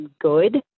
good